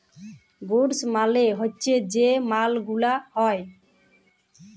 goods মালে হচ্যে যে মাল গুলা হ্যয়